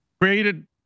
created